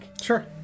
Sure